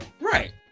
Right